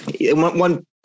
one